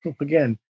Again